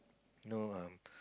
you know um